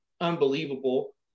unbelievable